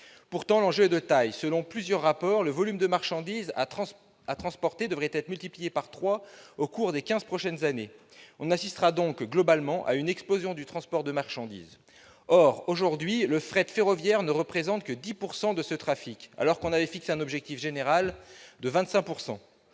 Pourtant, l'enjeu est de taille. Selon plusieurs rapports, le volume de marchandises à transporter devrait être multiplié par trois au cours des quinze prochaines années. On assistera donc, globalement, à une explosion du transport de marchandises. Or, aujourd'hui, le fret ferroviaire ne représente que 10 % de ce trafic, alors que l'on avait fixé un objectif général de 25 %.